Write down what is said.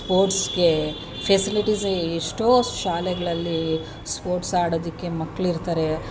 ಸ್ಪೋರ್ಟ್ಸಿಗೆ ಫೆಸಿಲಿಟೀಸೇ ಎಷ್ಟೋ ಶಾಲೆಗಳಲ್ಲಿ ಸ್ಪೋರ್ಟ್ಸ್ ಆಡೋದಕ್ಕೆ ಮಕ್ಕಳಿರ್ತಾರೆ